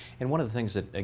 and one of the things that,